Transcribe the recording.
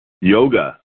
Yoga